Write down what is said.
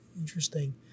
Interesting